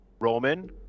Roman